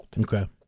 Okay